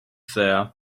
there